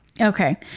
Okay